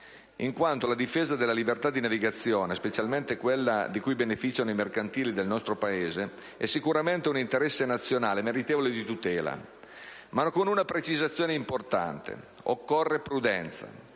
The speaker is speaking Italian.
la difesa della libertà di navigazione, specialmente quella di cui beneficiano i mercantili del nostro Paese, è sicuramente un interesse nazionale meritevole di tutela. Ma con una precisazione importante: occorre prudenza.